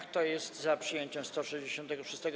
Kto jest za przyjęciem 166.